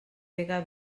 bega